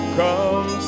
come